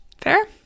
Fair